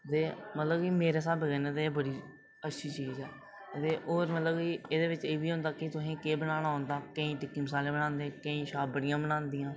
ते मतलब कि मेरे स्हाबै कन्नै ते एह् बड़ी अच्छी चीज़ ऐ ते होर मतलब कि एह्दे बिच एह्बी होंदा कि तुसेंगी केह् बनाना औंदा केईं टिक्की मसाले बनांदे केईं छाबड़ियां बनांदियां